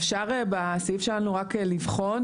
אפשר, בסעיף שלנו רק לבחון?